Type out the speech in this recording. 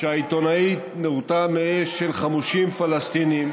שהעיתונאית נורתה מאש של חמושים פלסטינים,